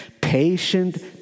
Patient